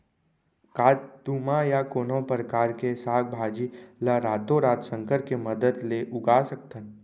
का तुमा या कोनो परकार के साग भाजी ला रातोरात संकर के मदद ले उगा सकथन?